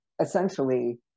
essentially